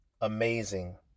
amazing